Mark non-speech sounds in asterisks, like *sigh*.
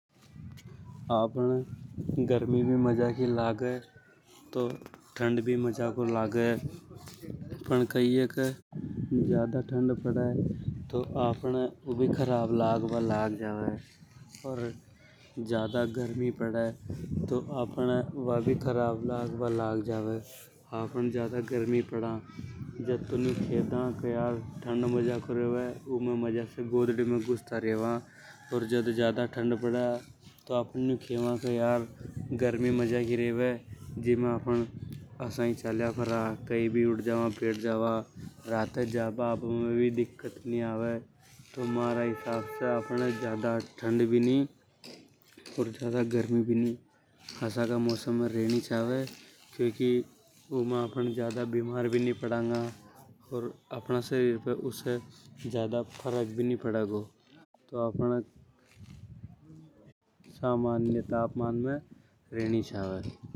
अपने कई हे के ठंड भी मजाकों लगे अर गर्मी भी मजाकी लागे। *noise* पण कई हे के ज्यादा गर्मी भी साव नि लगे ओर ज्यादा ठंड भी। ज्यादा गर्मी पड़े जदे तो आपन न्यू खेदा के ठंड में मजासे गोदड़ी में घुसता रेवा। अर जद ज्यादा ठंड पड़े तो आपन न्यू खेदा के गर्मी मजाकी रेवे जीमे आपन आसाई अनंग उनंग चालता रेवा। कई भी उठ जवा बैठ जावा राते जाभा आभा में भी दिक्कत नि आवे। *hesitation* और ज्यादा गर्मी भी नि। आसा का मौमस में रेनी छावे जीमे आपन बीमार भी नि पड़ंगा। ओर अपना शारीर पे ज्यादा फरक भी नि पड़ेगो। *hesitation* सामान्य तापमान में रेनी छावे।